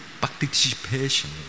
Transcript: participation